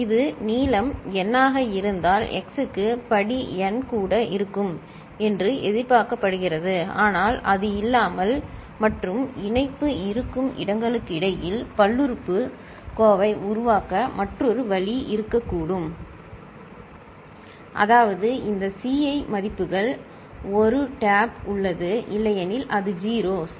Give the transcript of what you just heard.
இது நீளம் n ஆக இருந்தால் x க்கு படி n கூட இருக்கும் என்று எதிர்பார்க்கப்படுகிறது ஆனால் அது இல்லாமல் மற்றும் இணைப்பு இருக்கும் இடங்களுக்கிடையில் பல்லுறுப்புக்கோவை உருவாக்க மற்றொரு வழி இருக்கக்கூடும் அதாவது இந்த Ci மதிப்புகள் 1 டேப் உள்ளது இல்லையெனில் அது 0 சரி